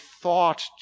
thought